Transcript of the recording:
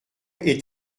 est